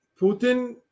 Putin